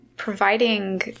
providing